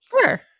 sure